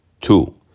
two